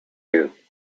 you